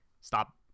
stop